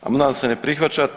Amandman se ne prihvaća.